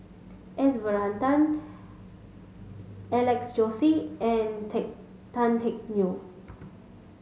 S Varathan Alex Josey and Teck Tan Teck Neo